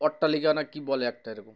আট্টালিকখা না কি বলে একটারে